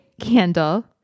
candle